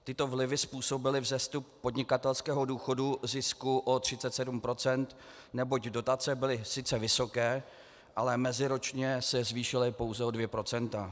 Tyto vlivy způsobily vzestup podnikatelského důchodu, zisku o 37 %, neboť dotace sice byly vysoké, ale meziročně se zvýšily pouze o 2 %.